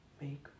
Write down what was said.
make